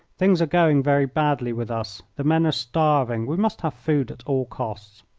things are going very badly with us. the men are starving. we must have food at all costs.